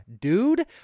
dude